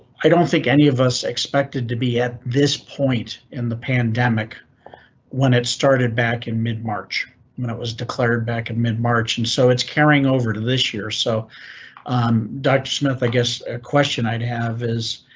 i don't think any of us expected to be at this point in the pandemic when it started back in mid march when it was declared back in mid march and so it's carrying over to this year. so doctor smith i guess question i'd have is